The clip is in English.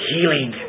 Healing